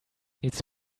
needs